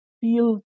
feel